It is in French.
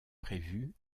prévu